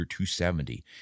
270